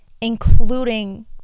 including